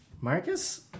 Marcus